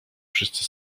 wszyscy